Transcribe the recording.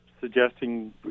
suggesting